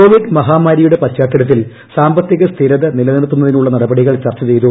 Covid മഹാമാരിയുടെ പശ്ചാത്തലത്തിൽ സാമ്പത്തിക സ്ഥിരത നിലനിർത്തുന്നതിനുള്ള നടപടികൾ ചർച്ച് ചെയ്തു